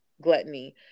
gluttony